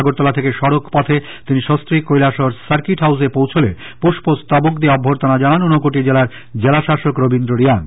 আগরতলা থেকে সড়কপথে তিনি সস্ত্রীক কৈলাসহর সার্কিট হাউজে পৌছোলে পুস্পস্তবক দিয়ে অভ্যর্থনা জানান ঊনকোটি জেলার জেলাশাসক রবীন্দ্র রিয়াং